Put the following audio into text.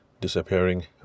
disappearing